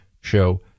Show